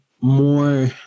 more